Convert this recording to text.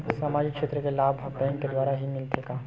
सामाजिक क्षेत्र के लाभ हा बैंक के द्वारा ही मिलथे का?